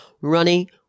running